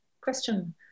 Question